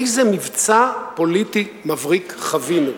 איזה מבצע פוליטי מבריק חווינו.